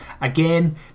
again